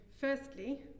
firstly